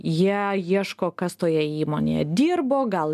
jie ieško kas toje įmonėje dirbo gal